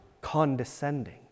condescending